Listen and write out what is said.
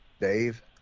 Dave